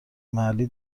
محلی